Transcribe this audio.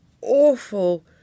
awful